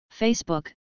Facebook